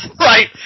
right